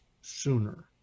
sooner